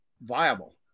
viable